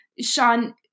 Sean